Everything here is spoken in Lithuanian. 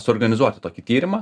suorganizuoti tokį tyrimą